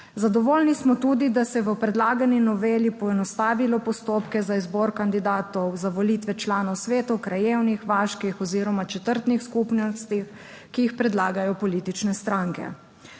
Zadovoljni smo tudi, da se je v predlagani noveli poenostavilo postopke za izbor kandidatov za volitve članov svetov krajevnih, vaških oziroma četrtnih skupnosti, ki jih predlagajo politične stranke.